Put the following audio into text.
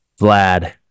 vlad